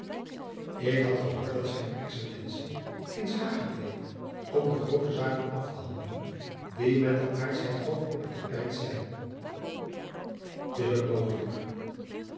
ik had gehoord dat zijne excellentie in s hage bleef om de groote zaken af te handelen die met den aartshertog op t tapijt zijn t is ook mogelijk